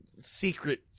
secret